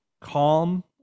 calm